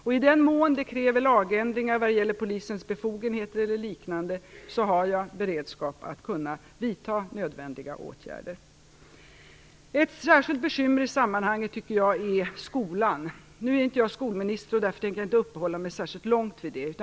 I den mån det kräver lagändringar vad gäller polisens befogenheter eller liknande har jag beredskap för att kunna vidta nödvändiga åtgärder. Jag tycker att skolan är ett särskilt bekymmer i sammanhanget. Nu är inte jag skolminister, och därför tänker jag inte uppehålla mig särskilt länge vid detta.